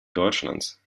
deutschlands